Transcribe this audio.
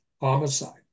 homicide